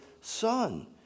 Son